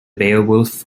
beowulf